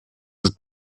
ist